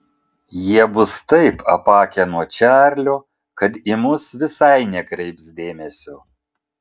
jie bus taip apakę nuo čarlio kad į mus visai nekreips dėmesio